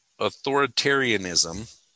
authoritarianism